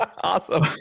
Awesome